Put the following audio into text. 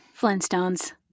Flintstones